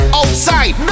outside